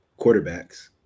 quarterbacks